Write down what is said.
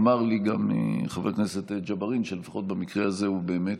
אמר לי גם חבר הכנסת ג'בארין שלפחות במקרה הזה הוא באמת